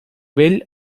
vell